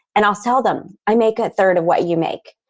and i'll tell them i make a third of what you make.